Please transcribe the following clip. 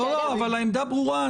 לא, אבל העמדה ברורה.